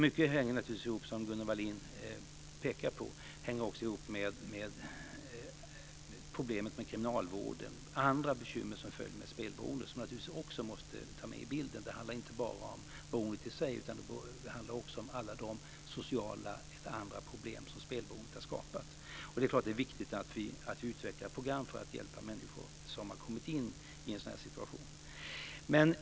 Mycket hänger naturligtvis samman med det som Gunnel Wallin pekade på, problemet i kriminalvården, men det finns också andra bekymmer som följer av spelberoende som man naturligtvis måste ta med i bilden. Det handlar inte bara om beroendet i sig. Det handlar också om alla de sociala eller andra problem som spelberoendet har skapat. Det är klart att det är viktigt att vi utvecklar program för att hjälpa människor som har kommit in i en sådan här situation.